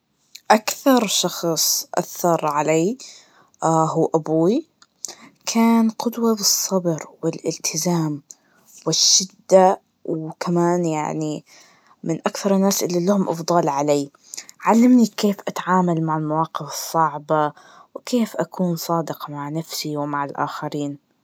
أكثر شخص أثر علي, هو أبوي, كان قدوة بالصبر, والإلتزام, والشدة, وكمان يعني, من أكثر الناس اللي لهم أفضال علي, علمني كيف أتعامل مع المواقف الصعبة, وكيف أكون صادق مع نفسي ومع الآخرين.